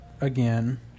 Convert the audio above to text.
again